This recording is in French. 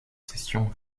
session